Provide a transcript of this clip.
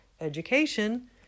education